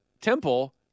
Temple